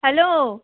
hello